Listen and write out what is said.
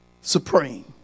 supreme